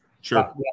Sure